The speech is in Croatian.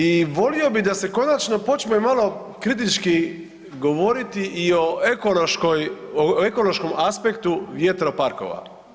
I volio bih da se konačno počne malo kritički govoriti i o ekološkom aspektu vjetroparkova.